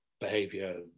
behavior